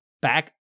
back